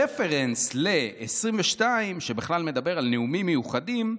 הרפרנס ל-22, שבכלל מדבר על נאומים מיוחדים,